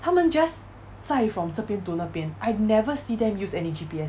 他们 just 载 from 这边 to 那边 I never see them use any G_P_S